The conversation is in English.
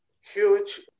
huge